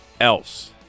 else